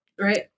Right